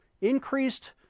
increased